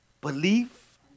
belief